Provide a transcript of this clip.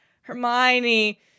Hermione